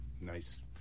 nice